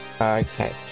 Okay